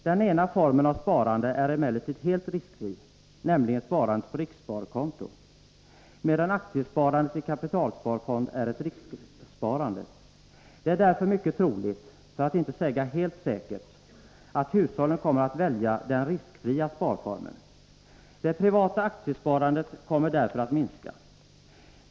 Den ena formen av sparande är emellertid helt riskfri, nämligen sparandet på rikssparkonto, medan aktiesparandet i kapitalsparfond är ett risksparande. Det är därför mycket troligt — för att inte säga helt säkert — att hushållen kommer att välja den riskfria sparformen. Det privata aktiesparandet kommer därför att minska.